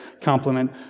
compliment